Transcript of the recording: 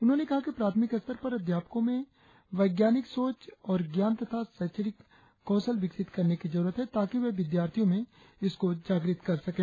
उन्होंने कहा कि प्राथमिक स्तर पर अध्यापकों में वैज्ञानिक सोच और ज्ञान तथा शैक्षणिक कौशल विकसित करने की जरुरत है ताकि वे विद्यार्थियों में इसको जागृत कर सकें